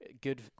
good